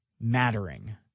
mattering